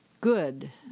good